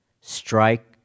Strike